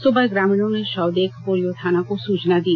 सुबह ग्रामीणों ने शव देख बोरियो थाना को सूचना दी